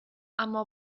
اما